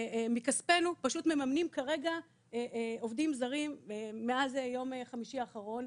מכספנו פשוט מממנים כרגע עובדים זרים מאז יום חמישי האחרון,